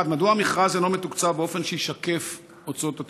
1. מדוע המכרז אינו מתוקצב באופן שישקף את הוצאות הטיפול?